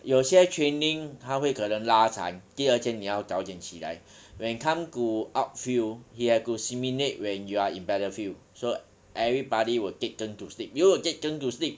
有些 training 它会可能拉长第二天你要早点起来 when come to outfield he have to simulate when you are in battlefield so everybody will take turn to sleep you will take turn to sleep